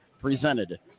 presented